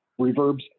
reverbs